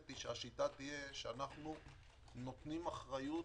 החלטתי שהשיטה תהיה שאנחנו נותנים אחריות